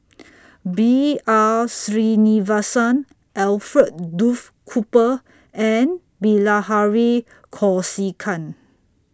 B R Sreenivasan Alfred Duff Cooper and Bilahari Kausikan